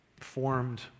formed